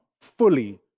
fully